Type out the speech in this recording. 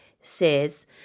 says